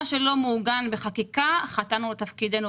מה שלא מעוגן בחקיקה, חטאנו לתפקידנו.